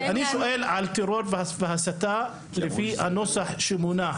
אני שואל על טרור והסתה לפי הנוסח שמונח.